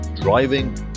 driving